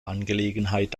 angelegenheit